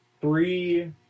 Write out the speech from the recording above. three